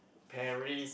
Paris